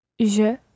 Je